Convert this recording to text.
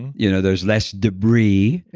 you know those less debris, yeah.